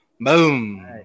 Boom